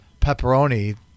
pepperoni